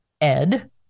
ED